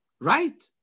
right